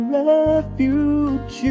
refuge